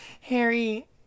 Harry